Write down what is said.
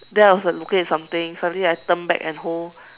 then I was like looking at something suddenly I turn back and hold